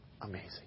amazing